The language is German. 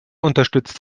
unterstützt